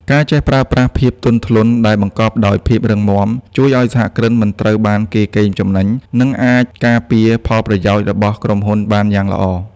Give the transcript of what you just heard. ការចេះប្រើប្រាស់ "ភាពទន់ភ្លន់ដែលបង្កប់ដោយភាពរឹងមាំ" ជួយឱ្យសហគ្រិនមិនត្រូវបានគេកេងចំណេញ និងអាចការពារផលប្រយោជន៍របស់ក្រុមហ៊ុនបានយ៉ាងល្អ។